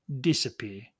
disappear